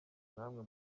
namwe